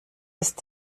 ist